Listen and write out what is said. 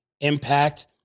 Impact